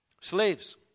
Slaves